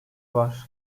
var